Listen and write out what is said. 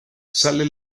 sale